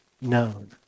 known